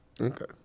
Okay